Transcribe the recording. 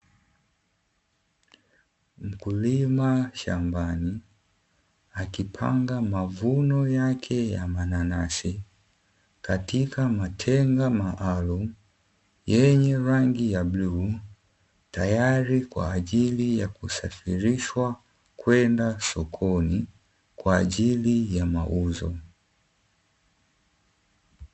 Mkulima shambani akipanga mavuno yake ya mananasi katika matenga maalumu, yenye rangi ya bluu tayari kwa ajili ya kusafirishwa kwenda sokoni kwa ajili ya mauzo.